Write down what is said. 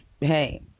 hey